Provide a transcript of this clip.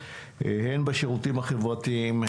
הן בשירותים החברתיים,